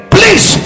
Please